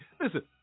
listen